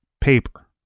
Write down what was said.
paper